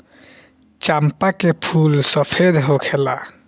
चंपा के फूल सफेद होखेला